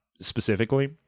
specifically